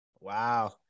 Wow